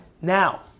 Now